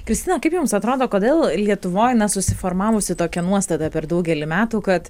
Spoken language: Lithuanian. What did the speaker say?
kristina kaip jums atrodo kodėl lietuvoj na susiformavusi tokia nuostata per daugelį metų kad